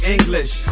English